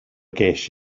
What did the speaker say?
ces